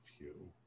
view